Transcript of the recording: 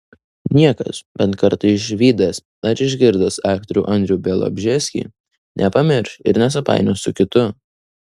niekas bent kartą išvydęs ar išgirdęs aktorių andrių bialobžeskį nepamirš ir nesupainios su kitu